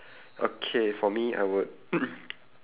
okay for me I would